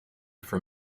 for